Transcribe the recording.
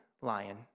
lion